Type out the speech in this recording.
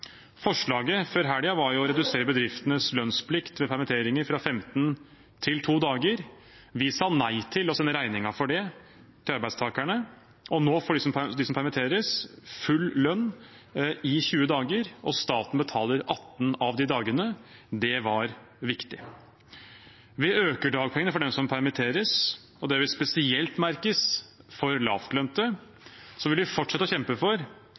Forslaget før helgen var å redusere bedriftenes lønnsplikt ved permitteringer fra 15 til 2 dager. Vi sa nei til å sende regningen for det til arbeidstakerne, og nå får de som permitteres, full lønn i 20 dager, og staten betaler 18 av de dagene. Det var viktig. Vi øker dagpengene for dem som permitteres, og det vil spesielt merkes for lavtlønte. Så vil vi fortsette å kjempe for